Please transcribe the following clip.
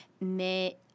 mais